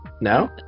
No